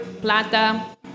plata